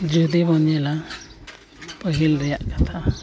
ᱡᱩᱫᱤ ᱵᱚᱱ ᱧᱮᱞᱟ ᱯᱟᱹᱦᱤᱞ ᱨᱮᱭᱟᱜ ᱠᱟᱛᱷᱟ